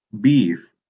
beef